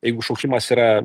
jeigu šaukimas yra